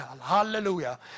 hallelujah